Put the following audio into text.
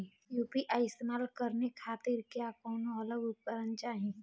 UPI इस्तेमाल करने खातिर क्या कौनो अलग उपकरण चाहीं?